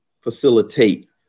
facilitate